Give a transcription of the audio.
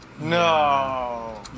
No